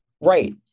Right